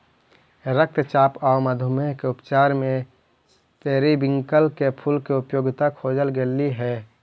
रक्तचाप आउ मधुमेह के उपचार में पेरीविंकल के फूल के उपयोगिता खोजल गेली हे